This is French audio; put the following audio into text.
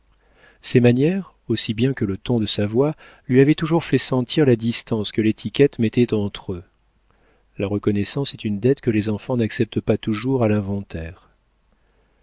ses manières aussi bien que le ton de sa voix lui avaient toujours fait sentir la distance que l'étiquette mettait entre eux la reconnaissance est une dette que les enfants n'acceptent pas toujours à l'inventaire